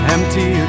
Empty